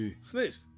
snitched